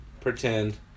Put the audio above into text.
pretend